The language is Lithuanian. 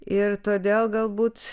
ir todėl galbūt